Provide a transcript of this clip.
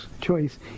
choice